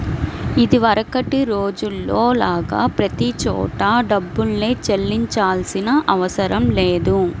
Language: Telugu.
ఇదివరకటి రోజుల్లో లాగా ప్రతి చోటా డబ్బుల్నే చెల్లించాల్సిన అవసరం లేదు